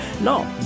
No